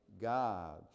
God